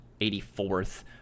84th